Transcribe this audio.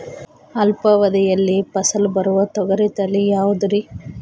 ಅಲ್ಪಾವಧಿಯಲ್ಲಿ ಫಸಲು ಬರುವ ತೊಗರಿ ತಳಿ ಯಾವುದುರಿ?